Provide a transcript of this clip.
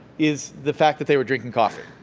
is the fact that they were drinking coffee,